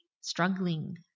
struggling